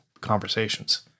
conversations